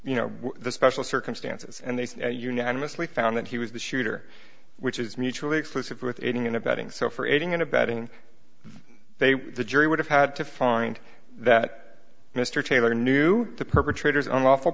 you know the special circumstances and they unanimously found that he was the shooter which is mutually exclusive with aiding and abetting so for aiding and abetting they the jury would have had to find that mr taylor knew the perpetrators unlawful